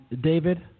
David